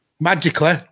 magically